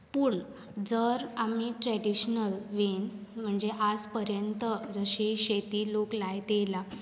पूण जर आमी ट्रेडिशनल वेन म्हणजें आयज पर्यंत जशी शेती लोक लायत येयल्या